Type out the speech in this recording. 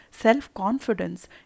self-confidence